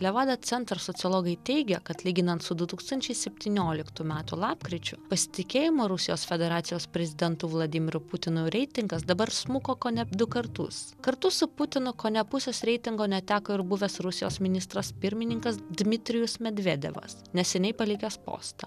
levada centro sociologai teigia kad lyginant su du tūkstančiai septynioliktų metų lapkričiu pasitikėjimo rusijos federacijos prezidentu vladimiru putinu reitingas dabar smuko kone du kartus kartu su putinu kone pusės reitingo neteko ir buvęs rusijos ministras pirmininkas dmitrijus medvedevas neseniai palikęs postą